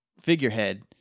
Figurehead